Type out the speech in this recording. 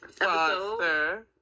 episode